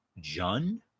Jun